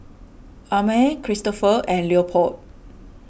Amare Kristofer and Leopold